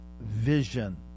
vision